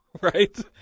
right